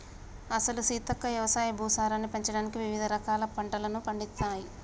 అసలు సీతక్క యవసాయ భూసారాన్ని పెంచడానికి వివిధ రకాల పంటలను పండిత్తమ్